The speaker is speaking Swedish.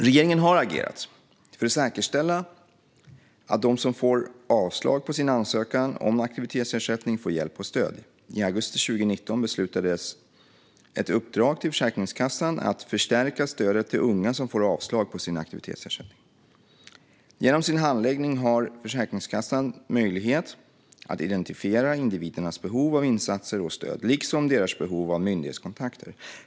Regeringen har agerat för att säkerställa att de som får avslag på sin ansökan om aktivitetsersättning får hjälp och stöd. I augusti 2019 beslutade man att ge ett uppdrag till Försäkringskassan att förstärka stödet till unga som får avslag på sin ansökan om aktivitetsersättning. Genom sin handläggning har Försäkringskassan möjlighet att identifiera individernas behov av insatser och stöd, liksom deras behov av myndighetskontakter.